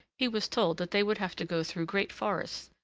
he was told that they would have to go through great forests,